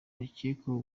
bakekwaho